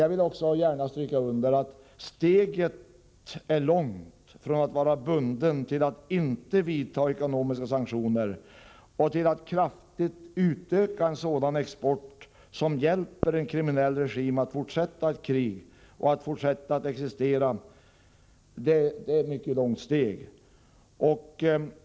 Jag vill dock understryka att steget är långt från att vara bunden att inte vidta ekonomiska sanktioner till att kraftigt utöka en sådan export som hjälper en kriminell regim att fortsätta ett krig och att fortsätta att existera. Det är ett mycket långt steg.